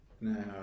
Now